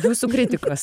jūsų kritikos